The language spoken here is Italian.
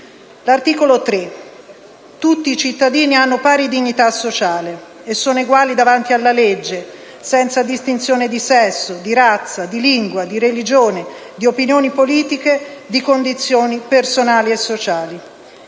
Articolo 3: «Tutti i cittadini hanno pari dignità sociale e sono eguali davanti alla legge, senza distinzione di sesso, di razza, di lingua, di religione, di opinioni politiche, di condizioni personali e sociali.